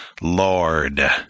Lord